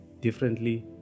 differently